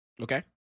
Okay